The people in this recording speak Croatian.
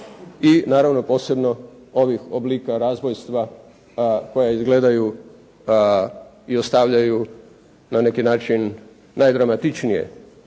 i naravno posebno ovih oblika razbojstva koja izgledaju i ostavljaju na neki način najdramatičnije